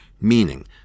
meaning